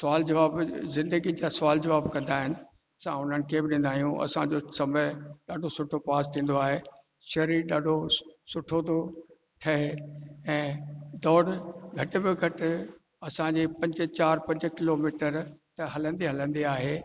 सवाल जवाब जिन्दगी जा सवाल जवाब कंदा आहिनि असां उन्हनि खे बि ॾींदा आहियूं असांजो समय ॾाढो सुठो पास थींदो आहे शरीर ॾाढो सुठो थो ठहे ऐं दौड़ घटि में घटि असांजे पंज चार पंज किलोमीटर हलंदी हलंदी आहे